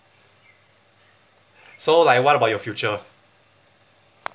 so like what about your future